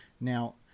now